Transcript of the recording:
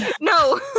no